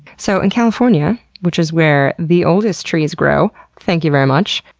so in california, which is where the oldest trees grow, thank you very much,